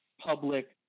public